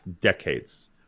decades